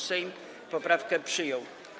Sejm poprawkę przyjął.